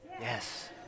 Yes